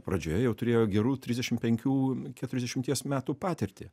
pradžioje jau turėjo gerų trisdešimt penkių keturiasdešimties metų patirtį